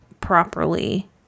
properly